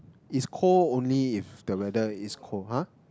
it's cold only if the weather is cold [huh]